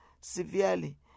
severely